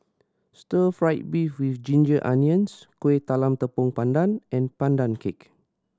stir fried beef with ginger onions Kueh Talam Tepong Pandan and Pandan Cake